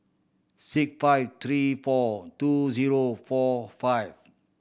six five three four two zero four five